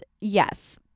yes